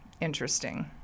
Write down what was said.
interesting